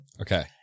Okay